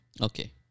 Okay